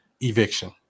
eviction